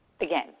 again